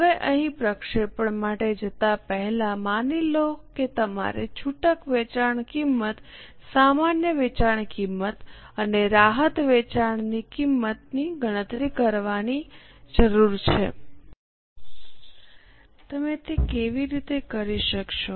હવે અહીં પ્રક્ષેપણ માટે જતાં પહેલાં માની લો કે તમારે છૂટક વેચાણ કિંમત સામાન્ય વેચાણ કિંમત અને રાહત વેચવાની કિંમતની ગણતરી કરવી જરૂરી છે તમે તે કેવી રીતે કરી શકશો